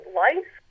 life